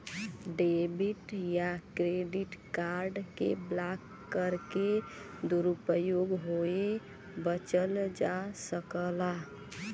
debit या credit card के block करके दुरूपयोग होये बचल जा सकला